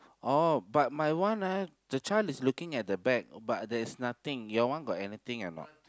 oh but my one eh the child is looking at the bag but there's nothing your one got anything or not